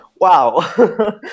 wow